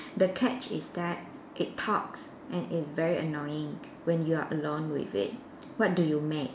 the catch is that it talks and it's very annoying when you are alone with it what do you make